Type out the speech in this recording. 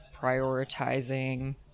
prioritizing